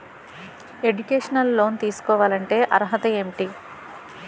Educational loan తీసుకోవాలంటే అర్హత ఏంటి?